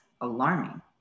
alarming